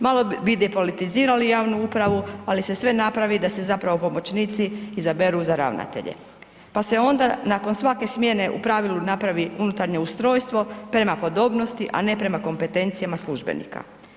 Malo bi depolitizirali javnu upravu, ali se sve napravi da se zapravo pomoćnici izaberu za ravnatelje, pa se onda nakon svake smjene u pravilu napravi unutarnje ustrojstvo prema podobnosti, a ne prema kompetencijama službenika.